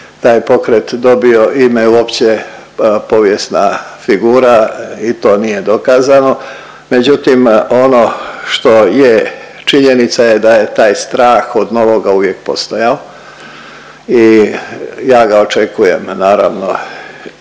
taj pokret dobio ime uopće povijesna figura i to nije dokazano, međutim, ono što je činjenica je da je taj strah od novoga uvijek postojao i ja ga očekujem naravno